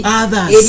others